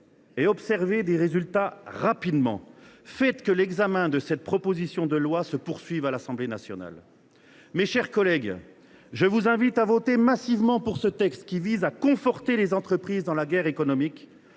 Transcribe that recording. et observer de rapides résultats, faites que l’examen de cette proposition de loi se poursuive à l’Assemblée nationale. Mes chers collègues, je vous invite à voter massivement pour ce texte, qui vise à conforter les entreprises dans la guerre économique,